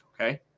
Okay